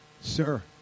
Sir